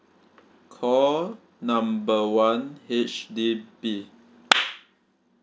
call number one H_D_B